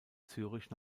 zürich